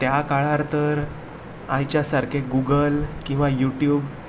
त्या काळार तर आयच्या सारके गुगल किंवां यू ट्यूब